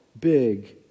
big